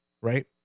right